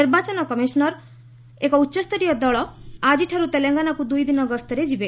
ନିର୍ବାଚନ କମିଶନ୍ ର ଏକ ଉଚ୍ଚସ୍ତରୀୟ ଦଳ ଆଜିଠାରୁ ତେଲଙ୍ଗାନାକୁ ଦୁଇ ଦିନ ଗସ୍ତରେ ଯିବ